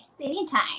anytime